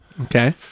Okay